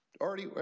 already